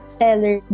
seller